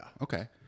Okay